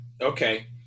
Okay